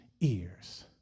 ears